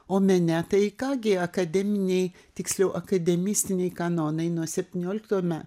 o mene tai ką gi akademiniai tiksliau akademistiniai kanonai nuo septyniolikto